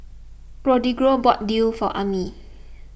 Rodrigo bought Daal for Emmie